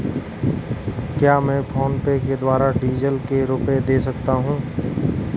क्या मैं फोनपे के द्वारा डीज़ल के रुपए दे सकता हूं?